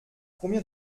combien